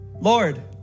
Lord